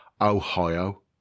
Ohio